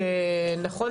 נכון?